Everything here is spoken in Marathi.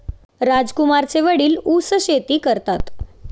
राजकुमारचे वडील ऊस शेती करतात